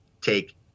take